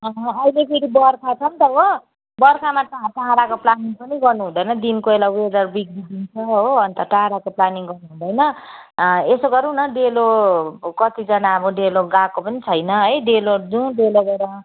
अँ अहिले फेरि बर्खा छ नि त हो बर्खामा त टाढाको प्लानिङ पनि गर्नुहुँदैन दिन कोही बेला वेदर बिग्रिदिन्छ हो अन्त टाढाको प्लानिङ गर्नुहुँदैन अँ यसो गरौँ न डेलो कतिजना अब डेलो गएको पनि छैन है डेलो जाऊँ डेलो गएर